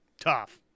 tough